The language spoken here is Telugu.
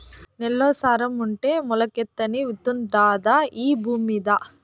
నేల్లో సారం ఉంటే మొలకెత్తని విత్తుండాదా ఈ భూమ్మీద